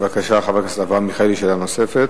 בבקשה, חבר הכנסת אברהם מיכאלי, שאלה נוספת.